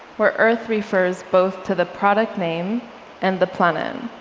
where earth refers both to the product name and the planet.